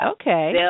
Okay